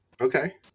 Okay